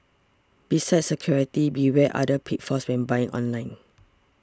besides security beware other pitfalls when buying online